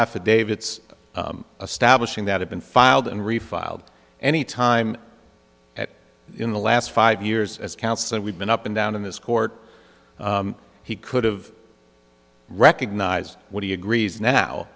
affidavits establishing that have been filed and refiled any time at in the last five years as counsel and we've been up and down in this court he could have recognize what he agrees now